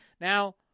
now